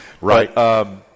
Right